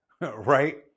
right